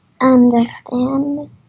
understand